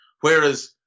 whereas